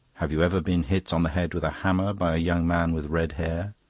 have you ever been hit on the head with a hammer by a young man with red hair?